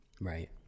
Right